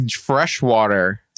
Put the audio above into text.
freshwater